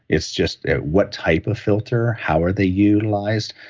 it's just what type of filter, how are they utilized,